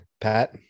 Pat